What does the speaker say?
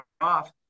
off